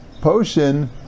potion